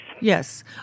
Yes